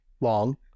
long